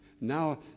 Now